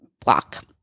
block